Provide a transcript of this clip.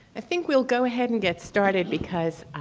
i think we'll go ahead and get started because